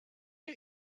you